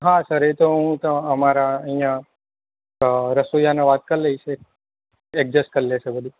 હા સર એ તો હું અમારા અહીંયા અ રસોઈયાને વાત કરી લઈશ એ એક્જસ કરી લેશે બધું